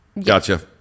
Gotcha